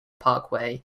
parkway